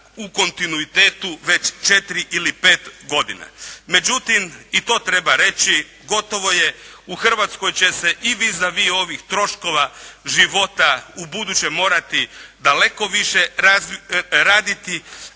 u kontinuitetu već četiri ili pet godina. Međutim i to treba reći, gotovo je, u Hrvatskoj će se i vis a vis ovih troškova života u buduće morati daleko više raditi,